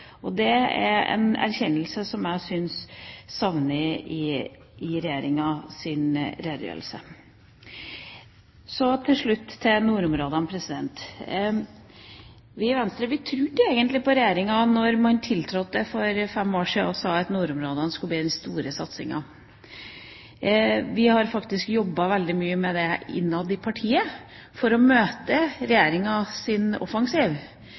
Det er en erkjennelse som jeg syns mangler i Regjeringas redegjørelse. Så til slutt til nordområdene. Vi i Venstre trodde egentlig på Regjeringa da man tiltrådte for fem år siden og sa at nordområdene skulle bli det store satsingsområdet. Vi har faktisk jobbet veldig mye med dette innad i partiet for å møte Regjeringas offensiv.